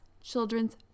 children's